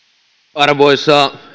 arvoisa